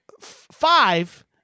five –